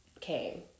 came